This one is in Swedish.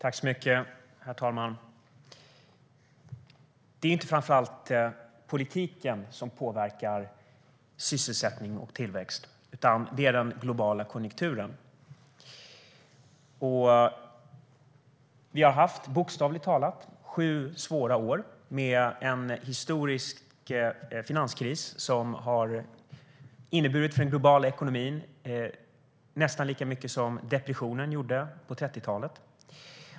Herr talman! Det är inte framför allt politiken som påverkar sysselsättning och tillväxt, utan det är den globala konjunkturen. Vi har bokstavligt talat haft sju svåra år med en historisk finanskris som för den globala ekonomin har inneburit nästan lika mycket som depressionen gjorde på 30talet.